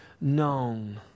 known